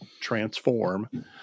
transform